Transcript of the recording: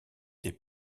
des